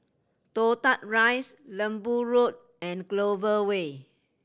Toh Tuck Rise Lembu Road and Clover Way